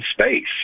space